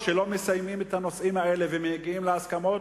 לא מסיימים את הנושאים האלה ומגיעים להסכמות,